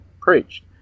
preached